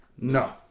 No